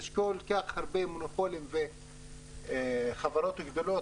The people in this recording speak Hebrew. יש כל כך הרבה מונופולים וחברות גדולות